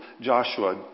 Joshua